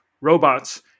robots